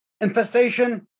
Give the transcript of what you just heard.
infestation